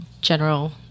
general